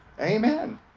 Amen